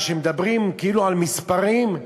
כשמדברים כאילו על מספרים,